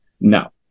no